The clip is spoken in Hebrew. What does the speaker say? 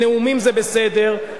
נאומים זה בסדר,